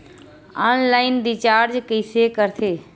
Online recharge कइसे करथे?